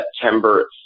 September